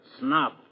Snob